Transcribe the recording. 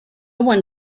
one